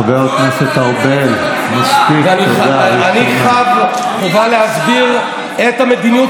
שר האוצר שלך זורק אותנו במריצות למזבלה.